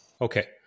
Okay